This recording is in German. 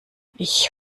ich